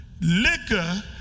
Liquor